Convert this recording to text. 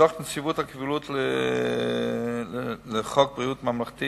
דוח נציבות הקבילות לחוק ביטוח בריאות ממלכתי